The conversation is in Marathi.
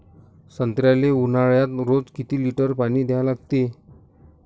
संत्र्याले ऊन्हाळ्यात रोज किती लीटर पानी द्या लागते?